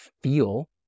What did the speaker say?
feel